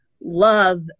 love